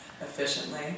efficiently